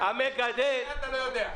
אנחנו מפרידים את התקנות לשניים בגדול: